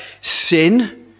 Sin